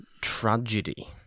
tragedy